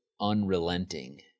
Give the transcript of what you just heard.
unrelenting